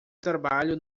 trabalho